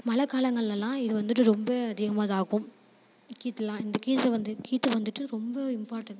மழை காலங்களெல்லாம் இது வந்துட்டு ரொம்ப அதிகமாக இதாகும் கீற்றுலாம் இந்த கீற்று வந்து கீற்று வந்துட்டு ரொம்ப இம்பார்ட்டன்